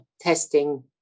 testing